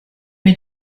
mit